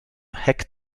heck